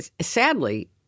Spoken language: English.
sadly